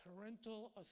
parental